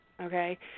okay